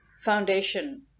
foundation